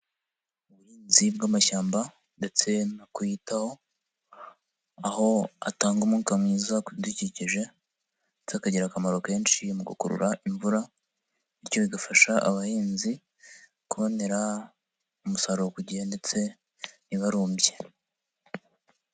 Ubuhinzi bw'amashyamba ndetse no kuyitaho, aho atanga umwuka mwiza ku bidukikije ndetse akagira akamaro kenshi mu gukurura imvura bityo bigafasha abahinzi, kubonera umusaruro ku gihe ndetse ntibarumbye.